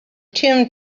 tim